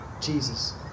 Jesus